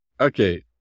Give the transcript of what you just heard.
okay